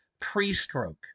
pre-stroke